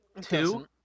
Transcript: Two